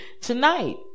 tonight